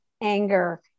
anger